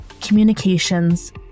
communications